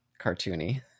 cartoony